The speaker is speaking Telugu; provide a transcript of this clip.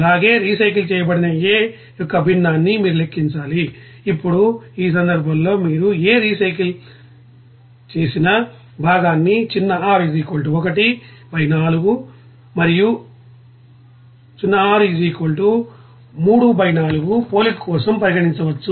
అలాగే రీసైకిల్ చేయబడిన A యొక్క భిన్నాన్ని మీరు లెక్కించాలి ఇప్పుడు ఈ సందర్భంలో మీరు A రీసైకిల్ చేసిన భాగాన్ని r 1 బై 4 మరియు r 3 బై 4 పోలిక కోసం పరిగణించవచ్చు